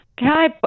hi